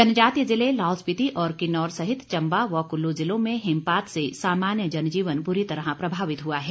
जनजातीय जिले लाहौल स्पीति और किन्नौर सहित चंबा व कुल्लू जिलों में हिमपात से सामान्य जनजीवन बूरी तरह प्रभावित हुआ है